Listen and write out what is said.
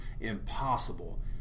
impossible